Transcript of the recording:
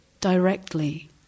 directly